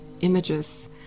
images